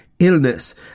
illness